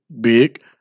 big